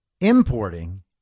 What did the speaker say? importing